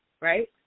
right